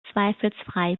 zweifelsfrei